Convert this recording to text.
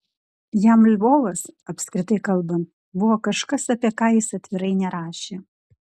jam lvovas apskritai kalbant buvo kažkas apie ką jis atvirai nerašė